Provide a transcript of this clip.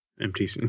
empty